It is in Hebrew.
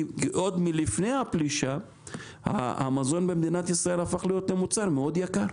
כי עוד מלפני הפלישה המזון במדינת ישראל הפך להיות מוצר מאוד יקר.